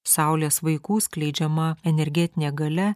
saulės vaikų skleidžiama energetinė galia